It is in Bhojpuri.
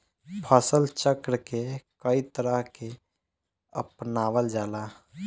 फसल चक्र के कयी तरह के अपनावल जाला?